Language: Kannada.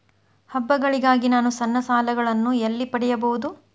ಹಬ್ಬಗಳಿಗಾಗಿ ನಾನು ಸಣ್ಣ ಸಾಲಗಳನ್ನು ಎಲ್ಲಿ ಪಡೆಯಬಹುದು?